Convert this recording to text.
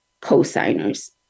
co-signers